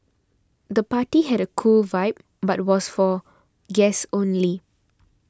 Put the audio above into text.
the party had a cool vibe but was for guests only